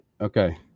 Okay